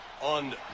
on